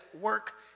work